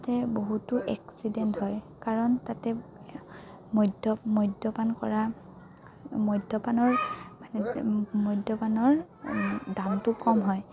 তাতে বহুতো এক্সিডেণ্ট হয় কাৰণ তাতে মধ্য মদ্যপান কৰা মদ্যপানৰ মানে মদ্যপানৰ দামটো কম হয়